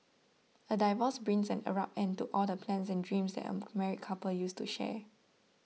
a divorce brings an abrupt end to all the plans and dreams that a married couple used to share